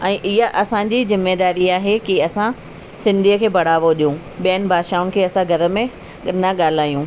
ऐं ईअं असांजी ज़िमेवारी आहे कि असां सिंधीअ खे बढ़ावो ॾियो ॿियनि भाषाउनि खे असां घर में न ॻाल्हायूं